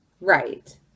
right